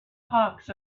hawks